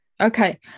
Okay